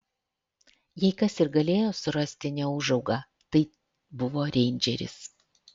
jei kas ir galėjo surasti neūžaugą tai buvo reindžeris